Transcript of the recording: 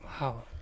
Wow